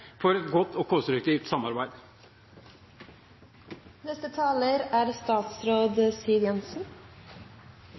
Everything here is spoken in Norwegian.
for et godt og konstruktivt samarbeid. I Prop. 87 L er